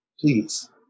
Please